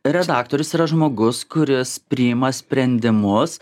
redaktorius yra žmogus kuris priima sprendimus